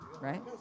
right